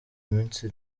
minsi